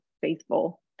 faithful